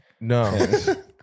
no